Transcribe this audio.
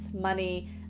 money